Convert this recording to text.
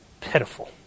pitiful